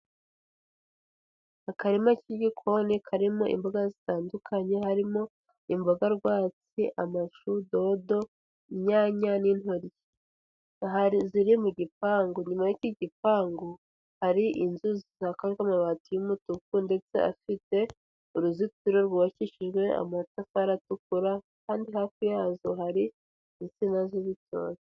Akarima k'igikoni karimo imboga zitandukanye, harimo: imboga rwatsi, amashu, dodo, inyanya n'intoryi. Hari iziri mu gipangu, inyuma y'iki gipangu, hari inzu zisakajwe amabati y'umutuku ndetse afite uruzitiro rwubakishijwe amatafari atukura, kandi hafi yazo hari insina z'ibitoki.